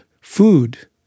food